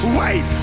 wait